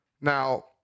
Now